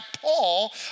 Paul